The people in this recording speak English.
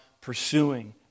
pursuing